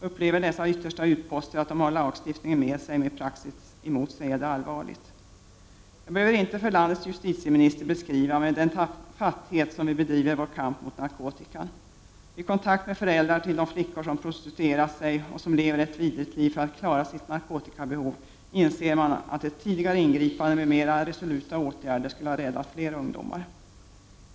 Upplever dessa yttersta utposter att de har lagstiftningen med sig men praxis mot sig, är det allvarligt. Jag behöver inte för landets justitieminister beskriva den tafatthet med vilken vi bedriver vår kamp mot narkotikan. Vid kontakt med föräldrar till de flickor som har prostituerat sig och som lever ett vidrigt liv för att klara sitt narkotikabehov inser man att ett tidigare ingripande med mera resoluta åtgärder skulle ha räddat fler ungdomar.